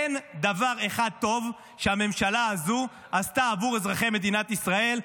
אין דבר אחד טוב שהממשלה הזו עשתה עבור אזרחי מדינת ישראל.